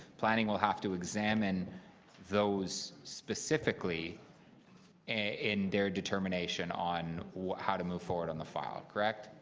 planning will have to examine those specifically in their determination on how to move forward on the file. correct?